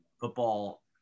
football